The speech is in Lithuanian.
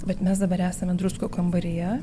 bet mes dabar esame druskų kambaryje